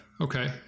Okay